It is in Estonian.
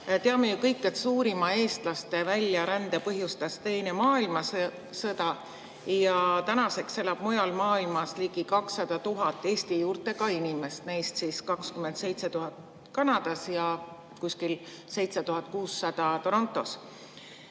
Teame ju kõik, et suurima eestlaste väljarände põhjustas teine maailmasõda ja tänaseks elab mujal maailmas ligi 200 000 Eesti juurtega inimest, kellest 27 000 elab Kanadas ja [neist] 7600 Torontos.